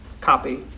copy